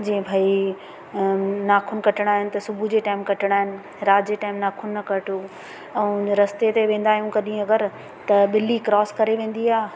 जीअं भई नाखून कटणा आहिनि त सुबुह जे टाइम कटणा आहिनि राति जे टाइम नाखून न कटो ऐं रस्ते ते वेंदा आहियूं कॾहिं अगरि त ॿिली क्रोस करे वेंदी आहे